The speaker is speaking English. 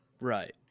Right